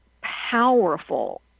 powerful